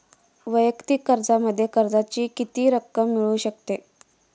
वैयक्तिक कर्जामध्ये कर्जाची किती रक्कम मिळू शकते?